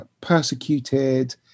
persecuted